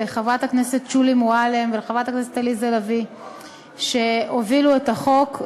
לחברת הכנסת לשעבר שולי מועלם ולחברת הכנסת עליזה לביא שהובילו את החוק,